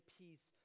peace